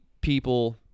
people